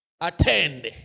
attend